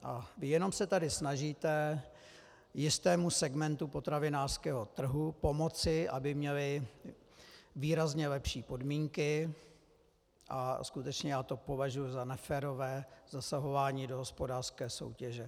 Vy jenom se tady snažíte jistému segmentu potravinářského trhu pomoci, aby měl výrazně lepší podmínky, a skutečně já to považuji za neférové zasahování do hospodářské soutěže.